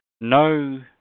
no